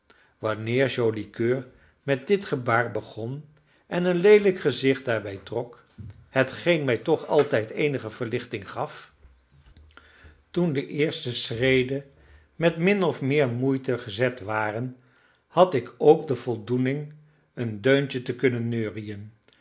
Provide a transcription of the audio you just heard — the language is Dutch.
wanneer joli coeur met dit gebaar begon en een leelijk gezicht daarbij trok hetgeen mij toch altijd eenige verlichting gaf toen de eerste schreden met min of meer moeite gezet waren had ik ook de voldoening een deuntje te kunnen neuriën